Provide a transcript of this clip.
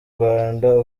rwanda